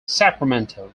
sacramento